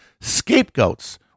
Scapegoats